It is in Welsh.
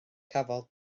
cafodd